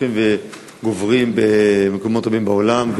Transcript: הולכים וגוברים במקומות רבים בעולם.